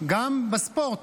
גם בספורט,